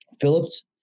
phillips